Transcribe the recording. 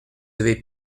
avez